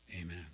Amen